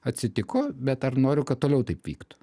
atsitiko bet ar noriu kad toliau taip vyktų